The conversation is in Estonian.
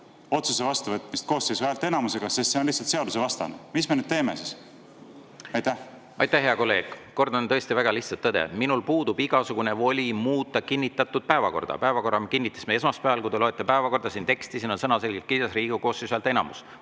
otsuse vastuvõtmist koosseisu häälteenamusega, sest see on lihtsalt seadusvastane. Mis me nüüd teeme siis? Aitäh, hea kolleeg! Kordan tõesti väga lihtsat tõde: minul puudub igasugune voli muuta kinnitatud päevakorda. Päevakorra me kinnitasime esmaspäeval. Kui te loete päevakorra teksti, [näete, et] siin on sõnaselgelt kirjas "Riigikogu koosseisu häälteenamus".